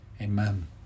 Amen